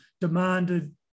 demanded